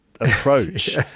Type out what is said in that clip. approach